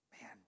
Man